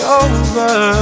over